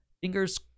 fingers